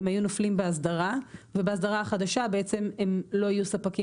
הם היו נופלים באסדרה ובאסדרה החדשה בעצם הם לא יהיו ספקים